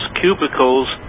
cubicles